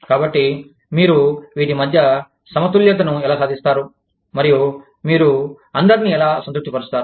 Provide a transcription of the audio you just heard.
కాబట్టి మీరు వీటి మధ్య సమతుల్యతను ఎలా సాధిస్తారు మరియు మీరు అందరినీ ఎలా సంతృప్తి పరుస్తారు